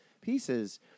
pieces